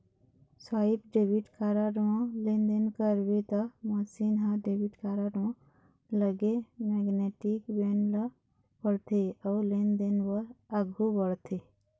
swipe debit card म लेनदेन करबे त मसीन ह डेबिट कारड म लगे मेगनेटिक बेंड ल पड़थे अउ लेनदेन बर आघू बढ़थे